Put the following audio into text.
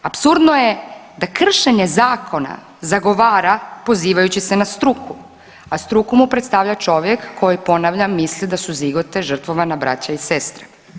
Apsurdno je da kršenje zakona zagovara pozivajući se na struku, a struku mu predstavlja čovjek koji ponavljam misli da su zigote žrtvovane braća i sestre.